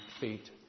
feet